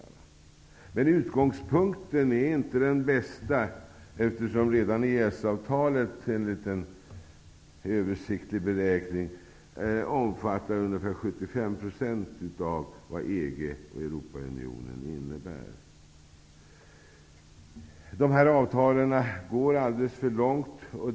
Men utgångspunkten är inte den bästa, eftersom redan EES-avtalet enligt en översiktlig beräkning omfattar ca 75 % av vad EG/Europaunionen innebär. Dessa avtal är alltför långtgående.